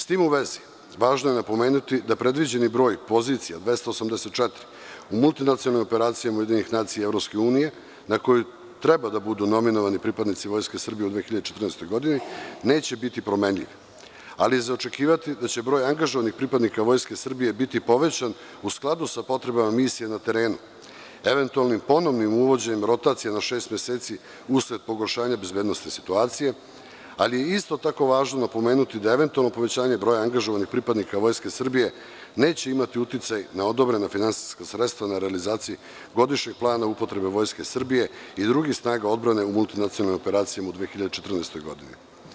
S tim u vezi, važno je napomenuti da predviđeni broj pozicija 284 u multinacionalnim operacijama UN EU na koji treba da budu nominovani pripadnici Vojske Srbije u 2014. godini, neće biti promenljiv, ali je za očekivati da će broj angažovanih pripadnika Vojske Srbije biti povećan u skladu sa potrebama misije na terenu, eventualnim ponovnim uvođenjem rotacije na šest meseci usled pogoršanja bezbednosti situacije, ali je isto tako važno napomenuti da eventualno povećanje broja angažovanih pripadnika Vojske Srbije neće imati uticaj na odobrena finansijska sredstva, na realizaciji godišnjeg plana upotrebe Vojske Srbije i drugih snaga odbrane u multinacionalnoj operaciji 2014. godine.